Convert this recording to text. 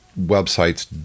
websites